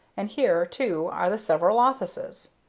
and here, too, are the several offices.